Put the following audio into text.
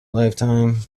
lifetime